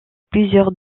plusieurs